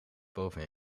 boven